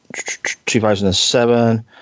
2007